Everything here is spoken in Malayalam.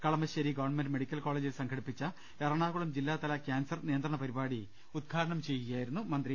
കളമ ശ്ശേരി ഗവൺമെന്റ് മെഡിക്കൽ കോളജിൽ സംഘടിപ്പിച്ച എറണാകുളം ജില്ലാതല ക്യാൻസർ നിയന്ത്രണ പരിപാടി ഉദ്ഘാടനം ചെയ്യുകയായിരുന്നു മന്ത്രി